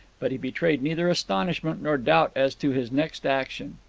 but he betrayed neither astonishment nor doubt as to his next action.